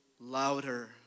louder